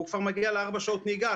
הוא כבר מגיע לארבע שעות נהיגה.